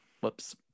whoops